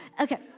Okay